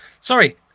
sorry